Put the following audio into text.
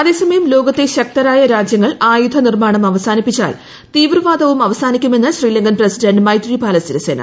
അതേസമയം ലോകത്തെ ശക്തരായ രാജ്യങ്ങൾ ആയുധനിർമ്മാണം അവസാനിപ്പിച്ചാൽ തീവ്രവാദവും അവസാനിക്കുമെന്ന് ശ്രീലങ്കൻ പ്രസിഡന്റ് മൈത്രിപാലാ സിരിസേന